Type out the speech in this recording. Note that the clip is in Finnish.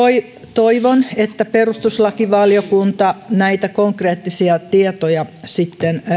toivon että perustuslakivaliokunta näitä konkreettisia tietoja sitten